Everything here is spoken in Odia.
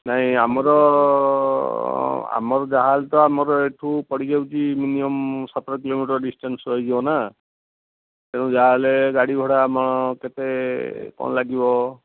ନାଇଁ ଆମର ଆମର ଯାହା ହେଲେତ ଆମର ଏହିଠୁ ପଡ଼ିଯାଉଛି ମିନିମମ ସତର କିଲୋମିଟର ଡିସଟ୍ଯାନ୍ସ ରହିଯିବନା ଏବଂ ଯାହେଲେ ଗାଡ଼ି ଘୋଡ଼ା ଆମ କେତେ କ'ଣ ଲାଗିବ